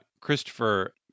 Christopher